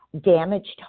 damaged